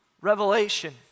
revelation